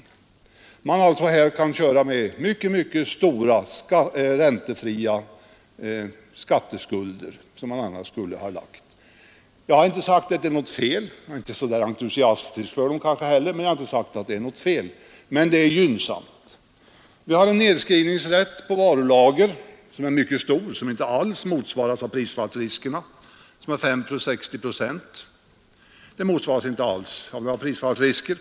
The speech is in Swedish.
Man kan alltså här köra med mycket stora räntefria skatteskulder som man annars skulle få betala helt. Jag har inte sagt att detta är något fel, men jag är heller inte så entusiastisk över detta. Det är i alla fall gynnsamt. Vi har en nedskrivningsrätt på varulager som är mycket stor — 5 + 60 procent — och som inte alls svarar mot prisfallsriskerna.